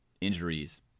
Injuries